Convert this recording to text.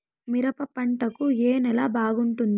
మిరప పంట కు ఏ నేల బాగుంటుంది?